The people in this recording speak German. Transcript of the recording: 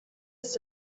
ist